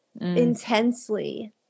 intensely